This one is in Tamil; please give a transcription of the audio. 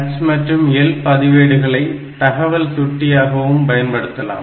H மற்றும் L பதிவேடுகளை தகவல் சுட்டி ஆகவும் பயன்படுத்தலாம்